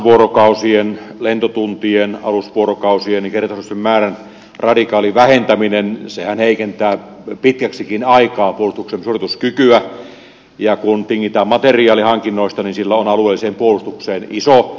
maastovuorokausien lentotuntien alusvuorokausien ja kertausharjoitusten määrän radikaali vähentäminenhän heikentää pitkäksikin aikaa puolustuksen suorituskykyä ja kun tingitään materiaalihankinnoista niin sillä on alueelliseen puolustukseen iso vaikutus